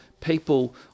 people